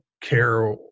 care